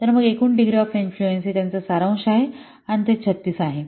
तर मग एकूण डिग्री ऑफ इन्फ्लुएन्स हे त्यांची सारांश आहे ते 36 आहे